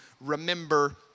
remember